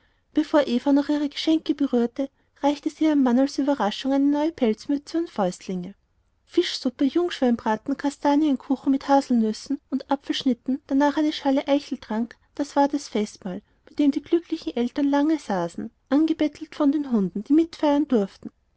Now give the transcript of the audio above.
bevor eva noch ihre geschenke berührte reichte sie ihrem mann als überraschung eine neue pelzmütze und fäustlinge fischsuppe jungschweinbraten kastanienkuchen mit haselnüssen und apfelschnitten danach eine schale eicheltrank das war das festmahl bei dem die glücklichen eltern lange saßen angebettelt von den hunden die mitfeiern durften